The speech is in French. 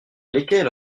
lesquels